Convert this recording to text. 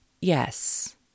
Yes